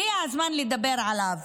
הגיע הזמן לדבר עליו.